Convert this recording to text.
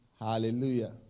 Hallelujah